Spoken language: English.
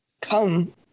come